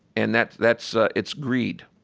and that, that's it's greed.